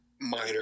minor